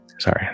Sorry